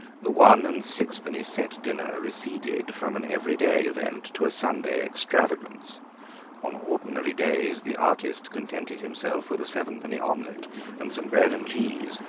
the one and-sixpenny set dinner receded from an everyday event to a sunday extravagance on ordinary days the artist contented himself with a sevenpenny omelette and some bread and cheese,